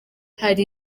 hari